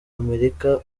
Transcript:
amerika